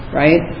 right